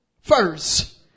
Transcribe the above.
first